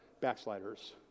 backsliders